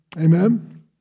Amen